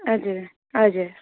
हजुर हजुर